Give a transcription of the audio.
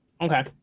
okay